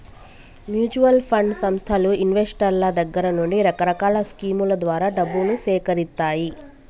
mutual fund సంస్థలు ఇన్వెస్టర్ల దగ్గర నుండి రకరకాల స్కీముల ద్వారా డబ్బును సేకరిత్తాయి